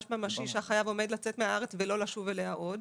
ממשי שהחייב עומד לצאת מן הארץ ולא לשוב אליה עוד.